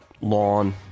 lawn